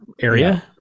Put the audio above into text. area